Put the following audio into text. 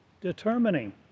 determining